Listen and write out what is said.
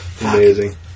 Amazing